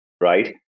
right